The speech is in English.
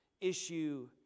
issue